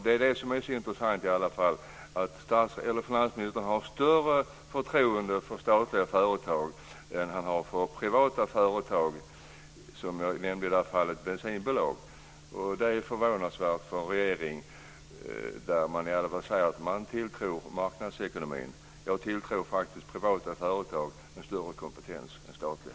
Det som är intressant är att finansministern har större förtroende för statliga företag än för privata företag. Jag nämnde bensinbolag. Det är förvånansvärt, eftersom man i regeringen i övrigt säger att man tror på marknadsekonomin. Jag tilltror faktiskt privata företag en större kompetens än statliga.